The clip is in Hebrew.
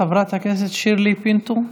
חברת הכנסת שירלי פינטו.